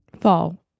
Fall